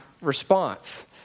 response